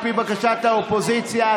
על פי בקשת האופוזיציה,